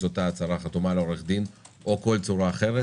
אותה הצהרה חתומה על-ידי עורך דין או כל צורה אחרת.